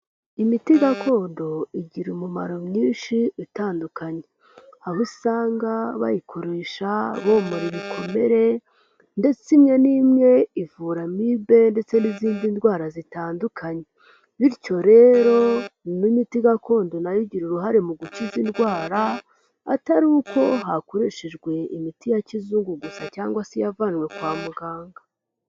Imiti gakondo igira umumaro mwinshi utandukanye. Aho usanga bayikoresha bomora ibikomere, ndetse imwe n'imwe ivura amibe, ndetse n'izindi ndwara zitandukanye. Bityo rero n'imiti gakondo nayo igira uruhare mu gukiza indwara, atari uko hakoreshejwe imiti ya kizungu gusa, cyangwa se yavanywe kwa muganga.